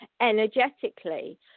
energetically